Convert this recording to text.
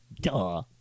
Duh